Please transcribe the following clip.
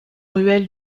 ruelle